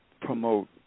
promote